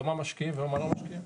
במה משקיעים ובמה לא משקיעים,